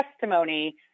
testimony